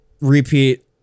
repeat